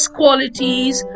qualities